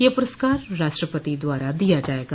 ये पुरस्कार राष्ट्रपति द्वारा दिया जाएगा